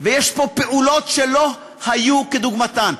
ויש פה פעולות שלא היו כדוגמתן.